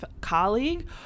colleague